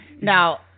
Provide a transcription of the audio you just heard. Now